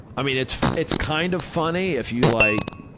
i mean it's it's kind of funny if you like,